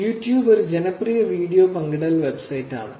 YouTube ഒരു ജനപ്രിയ video പങ്കിടൽ വെബ്സൈറ്റാണ്